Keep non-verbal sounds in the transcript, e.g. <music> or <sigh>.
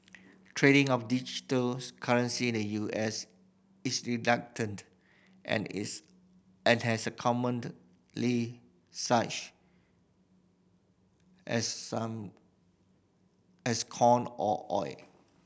trading of digital currency the U S is <unintelligible> and is and as a <unintelligible> such as some as corn or oil